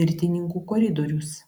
mirtininkų koridorius